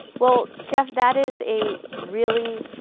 well, jeff, that is a really,